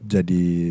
Jadi